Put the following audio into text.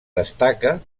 destaca